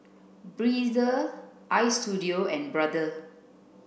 Breezer Istudio and Brother